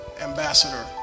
ambassador